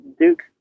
Duke